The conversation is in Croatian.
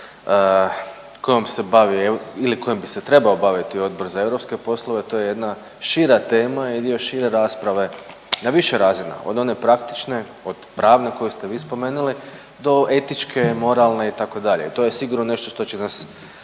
kojom bi se trebao baviti Odbor za europske poslove to je jedna šira tema i dio šire rasprave na više razina od one praktične, od pravne koju ste vi spomenuli do etičke, moralne itd. to je sigurno nešto što će nas